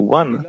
one